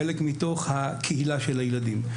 חלק מתוך הקהילה של הילדים.